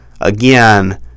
again